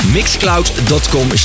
Mixcloud.com